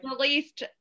released